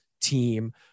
team